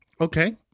Okay